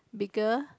bigger